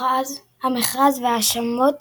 המכרז והאשמות